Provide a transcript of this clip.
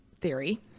theory